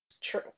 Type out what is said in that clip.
True